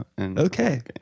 Okay